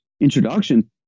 introduction